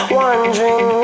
wondering